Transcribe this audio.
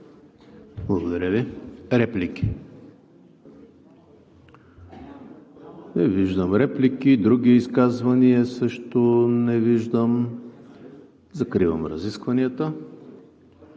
Благодаря Ви. Реплики? Няма. Други изказвания – също не виждам. Закривам разискванията.